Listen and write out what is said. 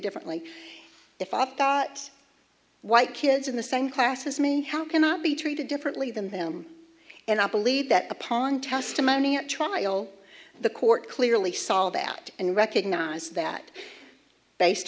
differently if i thought white kids in the same class as me how can i be treated differently than them and i believe that upon testimony at trial the court clearly solve that and recognize that based